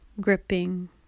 gripping